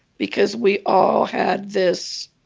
because we all had this